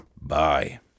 Bye